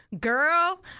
girl